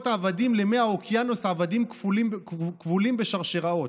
עבדים למי האוקיינוס עבדים כבולים בשרשראות.